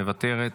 מוותרת,